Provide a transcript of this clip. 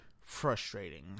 frustrating